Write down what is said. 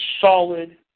solid